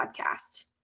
podcast